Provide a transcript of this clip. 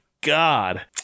God